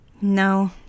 No